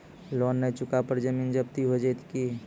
Loan न चुका पर जमीन जब्ती हो जैत की?